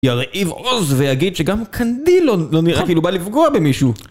ירהיב עוז ויגיד שגם קנדי לא נראה כאילו בא לפגוע במישהו